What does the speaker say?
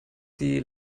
sie